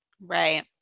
right